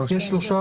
יש שלושה.